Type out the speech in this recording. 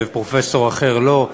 פרופסור אחר לא,